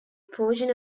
portion